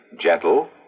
gentle